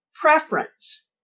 preference